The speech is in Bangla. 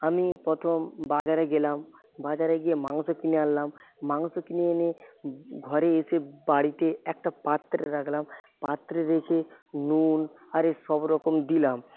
আমি প্রথম বাজারে গেলাম বাজারে গিয়ে মাংস কিনে আনলাম মাংস কিনে এনে ঘরে এসে বাড়িতে একটা পাত্রে রাখলাম পাত্রে রেখে নুন আর এ সবরকম দিলাম